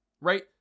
right